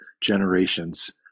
generations